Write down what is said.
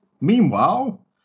Meanwhile